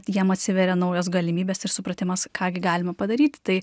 jiem atsiveria naujos galimybės ir supratimas ką gi galima padaryti tai